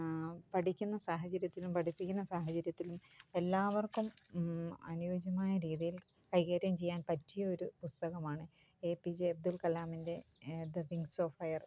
പഠിക്കുന്ന സാഹചര്യത്തിലും പഠിപ്പിക്കുന്ന സാഹചര്യത്തിലും എല്ലാവർക്കും അനുയോജ്യമായ രീതിയിൽ കൈകാര്യം ചെയ്യാൻ പറ്റിയൊരു പുസ്തകമാണ് എ പി ജെ അബ്ദുൾ കലാമിൻ്റെ ദ വിങ്സ് ഓഫ് ഫയർ